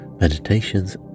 meditations